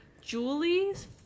Julie's